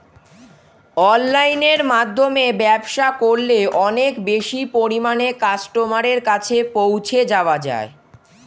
অনলাইনের মাধ্যমে ব্যবসা করলে অনেক বেশি পরিমাণে কাস্টমারের কাছে পৌঁছে যাওয়া যায়?